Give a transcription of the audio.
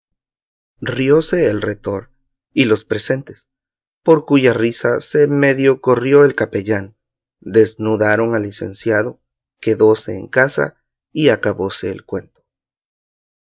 rióse el retor y los presentes por cuya risa se medio corrió el capellán desnudaron al licenciado quedóse en casa y acabóse el cuento